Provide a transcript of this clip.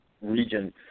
region